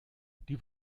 die